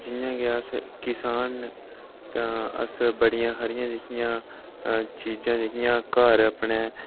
जियां के अस किसान अस बडियां सारियां जेह्कियां चीज़ां जेह्कियां घर अपने